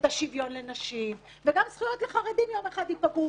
את השוויון לנשים וגם זכויות לחרדים יום אחד ייפגעו,